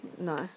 No